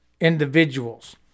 individuals